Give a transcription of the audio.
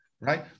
right